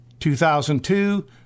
2002